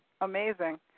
amazing